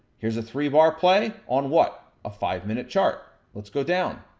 here's a three bar play, on what? a five minute chart. let's go down.